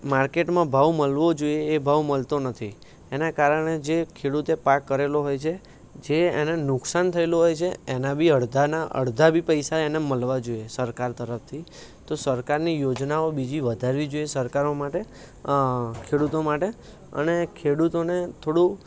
માર્કેટમાં ભાવ મળવો જોઈએ એ ભાવ મળતો નથી એના કારણે જે ખેડૂતે પાક કરેલો હોય છે જે એને નુકસાન થયેલું હોય છે એનાં બી અડધાનાં અડધા બી પૈસા એને મળવા જોઈએ સરકાર તરફથી તો સરકારની યોજનાઓ બીજી વધારવી જોઈએ સરકારો માટે ખેડૂતો માટે અને ખેડૂતોને થોડું